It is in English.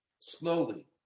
slowly